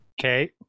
Okay